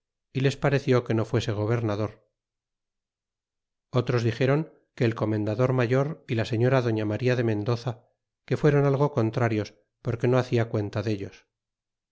y les pareció que no fuese gobernador otros dixeron que el comendador mayor y la señora doña maría de mendoza le fuéron algo contrarios porque no hacia cuenta dellos